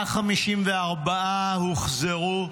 154 הוחזרו,